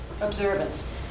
observance